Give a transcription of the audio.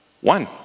one